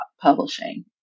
publishing